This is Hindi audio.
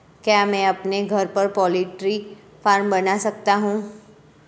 क्या मैं अपने घर पर पोल्ट्री फार्म बना सकता हूँ?